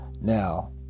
Now